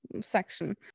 section